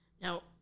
Now